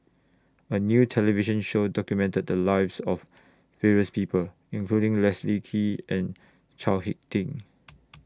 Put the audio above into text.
A New television Show documented The Lives of various People including Leslie Kee and Chao Hick Tin